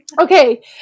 Okay